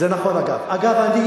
זה נכון, אגב.